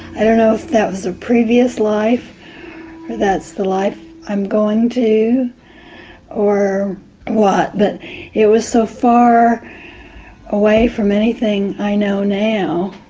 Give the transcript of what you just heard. i don't know if that was a previous life or that's the life i'm going to or what, but it was so far away from anything i know now.